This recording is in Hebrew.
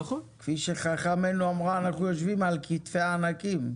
כפי שחכמינו אמרו, אנחנו יושבים על כתפי ענקים.